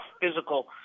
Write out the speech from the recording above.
physical